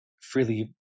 freely